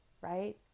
right